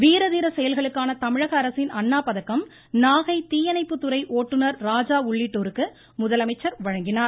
வீர தீர செயலுக்கான தமிழக அரசின் அண்ணா பதக்கம் நாகை தீயணைப்புத்துறை ஒட்டுநர் ராஜா உள்ளிட்டோருக்கு முதலமைச்சர் வழங்கினார்